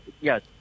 yes